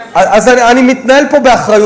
אני אגיד לך, אני מתנהל פה באחריות.